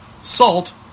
salt